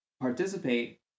participate